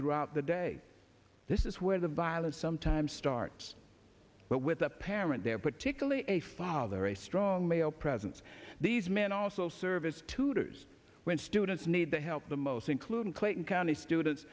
throughout the day this is where the violence sometimes starts but with a parent there particularly a father a strong male presence these men also service tutors when students need the help the most including clayton county students